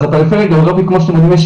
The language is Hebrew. אז בפרי]פריה הגיאוגרפית כמו שאתם יודעים יש